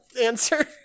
answer